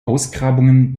ausgrabungen